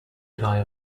die